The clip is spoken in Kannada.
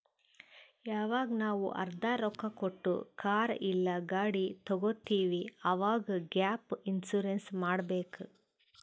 ಯವಾಗ್ ನಾವ್ ಅರ್ಧಾ ರೊಕ್ಕಾ ಕೊಟ್ಟು ಕಾರ್ ಇಲ್ಲಾ ಗಾಡಿ ತಗೊತ್ತಿವ್ ಅವಾಗ್ ಗ್ಯಾಪ್ ಇನ್ಸೂರೆನ್ಸ್ ಮಾಡಬೇಕ್